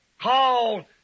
called